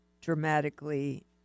dramatically